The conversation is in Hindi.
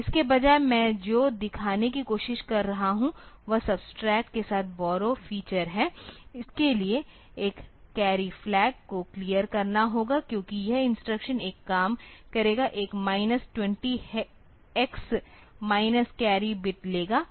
तो इसके बजाय मैं जो दिखाने की कोशिश कर रहा हूं वह सब्सट्रैक्ट के साथ बोर्रो फीचर है इसके लिए एक कैरी फ़्लैग को क्लियर करना होगा क्योंकि यह इंस्ट्रक्शन एक काम करेगा एक minus 20 X minus carry bit लेगा